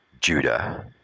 Judah